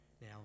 Now